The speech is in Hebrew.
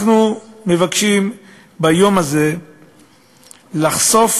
אנחנו מבקשים ביום הזה לחשוף